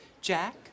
Jack